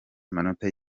amanota